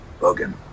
Logan